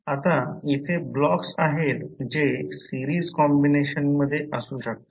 आता येथे ब्लॉक्स आहेत जे सिरीज कॉम्बिनेशन असू शकतात